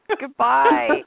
Goodbye